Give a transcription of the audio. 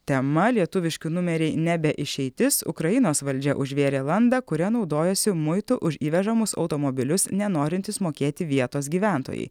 tema lietuviški numeriai nebe išeitis ukrainos valdžia užvėrė landą kuria naudojosi muitų už įvežamus automobilius nenorintys mokėti vietos gyventojai